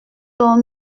donc